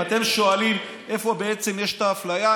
אם אתם שואלים איפה בעצם יש את האפליה,